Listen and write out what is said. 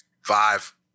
Five